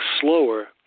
slower